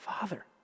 Father